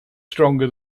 stronger